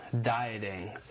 dieting